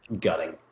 gutting